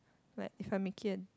like if I'm making